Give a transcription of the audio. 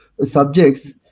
subjects